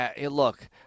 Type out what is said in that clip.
Look